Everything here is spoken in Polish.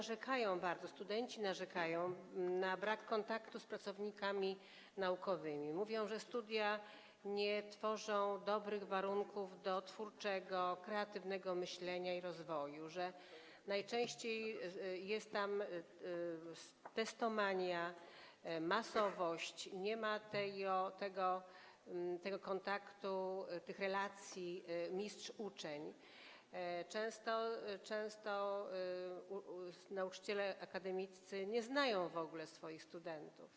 Studenci bardzo narzekają na brak kontaktu z pracownikami naukowymi, mówią, że studia nie tworzą dobrych warunków do twórczego, kreatywnego myślenia i rozwoju, że najczęściej jest tam testomania, masowość, nie ma tego kontaktu, tych relacji mistrz - uczeń, często nauczyciele akademiccy nie znają w ogóle swoich studentów.